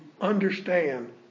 understand